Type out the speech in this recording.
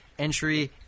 Entry